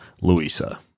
Louisa